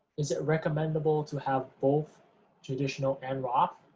is it recommendable to have both traditional and roth?